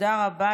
תודה רבה.